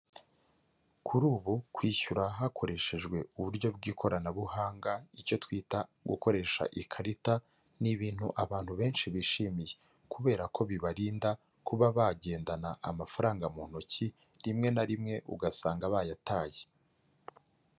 Kuri ubu kwishyura hakoreshejwe uburyo bw'ikoranabuhanga icyo twita gukoresha ikarita ni ibintu abantu benshi bishimiye, kubera ko bibarinda kuba bagendana amafaranga mu ntoki rimwe na rimwe ugasanga bayataye.